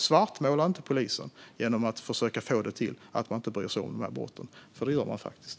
Svartmåla inte polisen genom att försöka få det till att man inte bryr sig om de här brotten, för det gör man faktiskt.